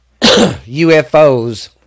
UFOs